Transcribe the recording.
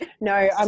No